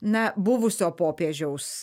na buvusio popiežiaus